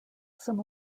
some